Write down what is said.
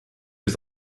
was